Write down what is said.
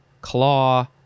claw